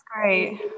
great